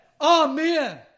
amen